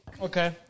okay